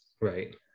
right